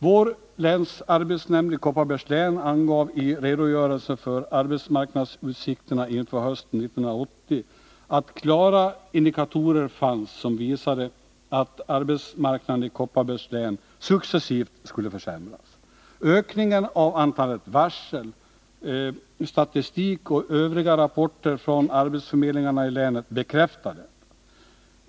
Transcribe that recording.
Vår länsarbetsnämnd, i Kopparbergs län, angav i redogörelsen för arbetsmarknadsutsikterna inför hösten 1980 att klara indikatorer fanns som visade att arbetsmarknaden i länet successivt skulle försämras. Ökningen av antalet varsel, statistik och övriga rapporter från arbetsförmedlingarna i länet bekräftar detta.